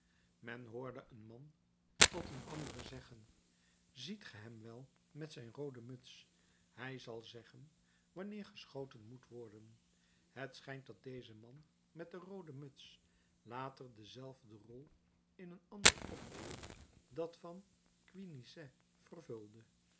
men hoorde een man tot een anderen zeggen ziet ge hem wel met zijn roode muts hij zal zeggen wanneer geschoten moet worden het schijnt dat deze man met de roode muts later dezelfde rol in een ander oproer dat van quénisset vervulde